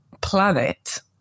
planet